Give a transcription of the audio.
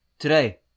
Today